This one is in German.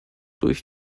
durch